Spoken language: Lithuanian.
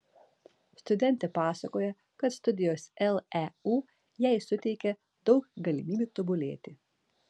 studentė pasakoja kad studijos leu jai suteikia daug galimybių tobulėti